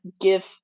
give